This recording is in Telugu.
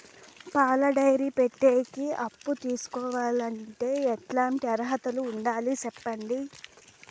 పాల డైరీ పెట్టేకి అప్పు తీసుకోవాలంటే ఎట్లాంటి అర్హతలు ఉండాలి సెప్పండి?